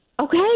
Okay